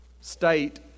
state